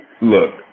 look